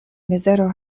mizero